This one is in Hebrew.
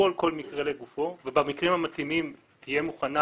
תשקול כל מקרה לגופו ובמקרים המתאימים תהיה מוכנה